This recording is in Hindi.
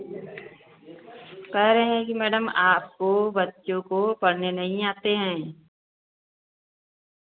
कह रहे हैं कि मैडम आपको बच्चों को पढ़ने नहीं आते हैं